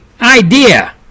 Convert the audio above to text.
idea